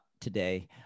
today